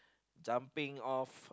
jumping off